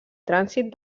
trànsit